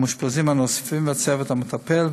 המאושפזים הנוספים והצוות המטפל,